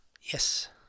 yes